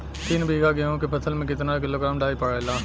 तीन बिघा गेहूँ के फसल मे कितना किलोग्राम डाई पड़ेला?